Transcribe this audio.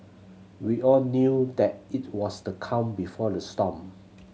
we all knew that it was the calm before the storm